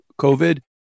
COVID